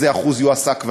איזה אחוז יועסק,